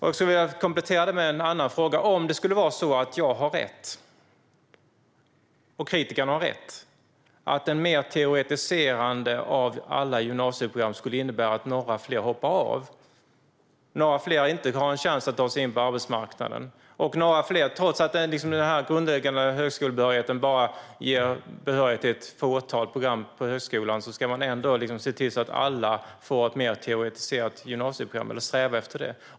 Jag skulle vilja komplettera det med en annan fråga om det skulle vara så att jag och kritikerna har rätt att ett mer teoretiserande av alla gymnasieprogram skulle innebära att några fler hoppar av och om några fler inte har en chans att ta sig in på arbetsmarknaden. Den grundläggande högskolebehörigheten ger bara behörighet till ett fåtal program på högskolan. Ändå ska man se till att alla får ett mer teoretiserat gymnasieprogram eller sträva efter det.